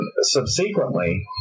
subsequently